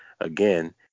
again